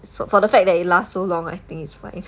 so for the fact that it last so long I think it's fine